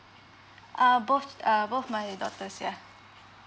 ah both uh both my daughters yeah